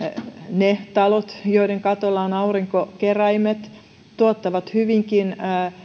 ne talot joiden katolla on aurinkokeräimet tuottavat hyvinkin